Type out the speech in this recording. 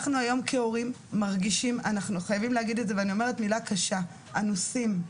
אנחנו היום ההורים מרגישים ואני הולכת להגיד מילה קשה "אנוסים".